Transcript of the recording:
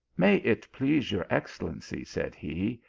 may it please your excellency, said he,